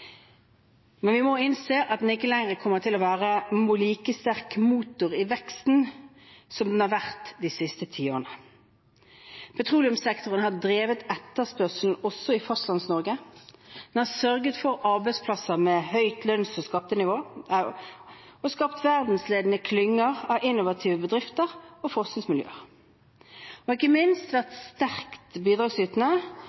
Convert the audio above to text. men vi må innse at den ikke lenger kommer til å være en like sterk motor i veksten som den har vært de siste tiårene. Petroleumssektoren har drevet etterspørselen også i Fastlands-Norge. Den har sørget for arbeidsplasser med høyt lønns- og skattenivå og skapt verdensledende klynger av innovative bedrifter og forskningsmiljøer. Den har ikke minst vært sterkt bidragsytende